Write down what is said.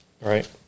Right